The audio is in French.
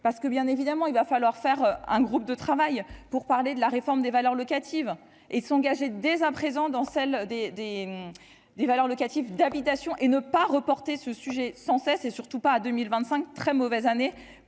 parce que bien évidemment il va falloir faire un groupe de travail pour parler de la réforme des valeurs locatives et s'engager des à présent dans celle des, des, des valeurs locatives d'habitation et ne pas reporter ce sujet sans cesse, et surtout pas à 2025 très mauvaise année